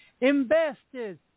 invested